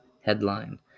Headline